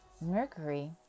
Mercury